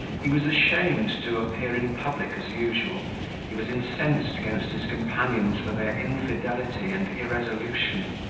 he was ashamed to appear in public as usual he was incensed against his companions for their infidelity and irresolution,